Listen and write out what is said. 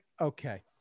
okay